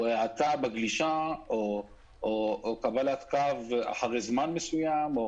או האטה בגלישה או קבלת קו אחרי זמן מסוים.